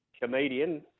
comedian